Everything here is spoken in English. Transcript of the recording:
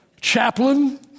chaplain